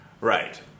right